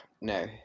No